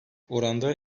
oranda